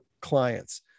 clients